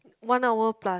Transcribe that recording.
one hour plus